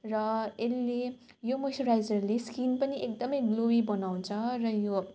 र यसले यो मोइस्चराइजरले स्किन पनि एकदम ग्लो बनाउँछ र यो